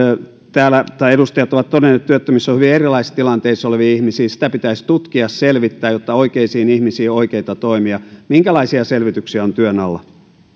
täällä ovat todenneet työttömissä on hyvin erilaisissa tilanteissa olevia ihmisiä ja sitä pitäisi tutkia ja selvittää jotta kohdennetaan oikeisiin ihmisiin oikeita toimia minkälaisia selvityksiä on työn alla